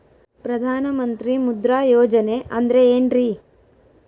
ಪ್ರಧಾನ ಮಂತ್ರಿ ಮುದ್ರಾ ಯೋಜನೆ ಅಂದ್ರೆ ಏನ್ರಿ?